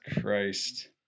Christ